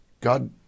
God